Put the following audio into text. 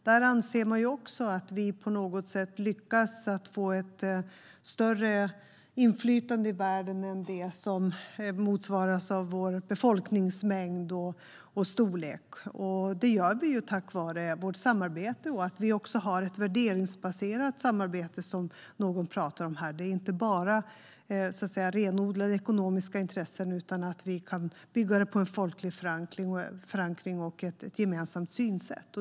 Där anser man också att vi på något sätt lyckas få ett större inflytande i världen än det som motsvaras av vår befolkningsmängd och storlek. Det gör vi tack vare vårt samarbete och att vi också har ett värderingsbaserat samarbete, som någon talade om här. Det är inte bara så att säga renodlade ekonomiska intressen, utan vi kan bygga det på en folklig förankring och ett gemensamt synsätt.